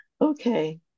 Okay